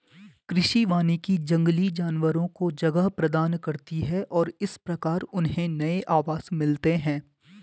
कृषि वानिकी जंगली जानवरों को जगह प्रदान करती है और इस प्रकार उन्हें नए आवास मिलते हैं